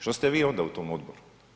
Što ste vi onda u tom odboru?